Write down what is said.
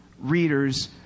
readers